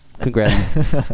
Congrats